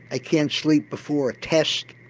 i can't sleep before a test,